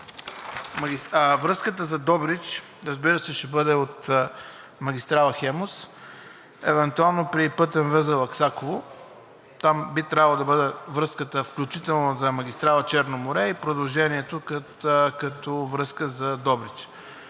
Връзката за Добрич, разбира се, ще бъде от магистрала „Хемус“, евентуално при пътен възел „Аксаково“ – там би трябвало да бъде връзката, включително за магистрала „Черно море“ и продължението като връзка за Добрич.